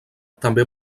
també